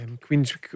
Queen's